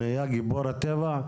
הוא נהיה גיבור הטבע?